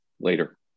later